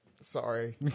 Sorry